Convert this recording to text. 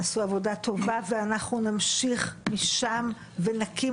עשו עבודה טובה ואנחנו נמשיך משם ונקים